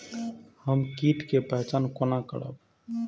हम कीट के पहचान कोना करब?